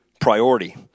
priority